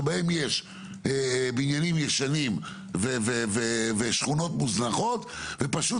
שבהם יש בניינים ישנים ושכונות מוזנחות ופשוט